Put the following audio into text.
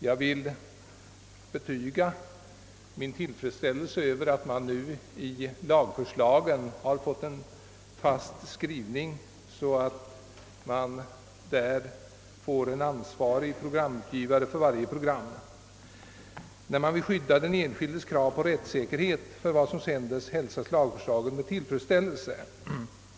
Jag vill betyga min tillfredsställelse över att lagförslaget givits en sådan fast skrivning, att det blir en ansvarig utgivare för varje program. Alla som vill skydda den enskildes krav på rättssäkerhet vid sändningarna, måste hälsa detta med glädje.